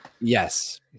Yes